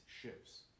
ships